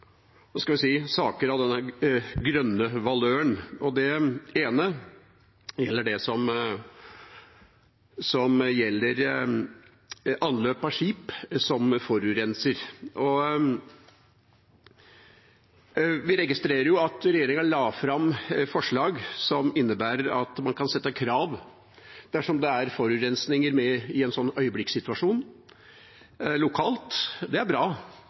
saker av den grønne valøren. Det ene er det som gjelder anløp av skip som forurenser. Vi registrerer at regjeringa la fram forslag som innebærer at man kan sette krav dersom det er forurensninger med i en øyeblikkssituasjon lokalt, og det er veldig bra.